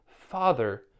father